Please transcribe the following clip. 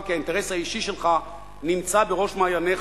כי האינטרס האישי שלך נמצא בראש מעייניך.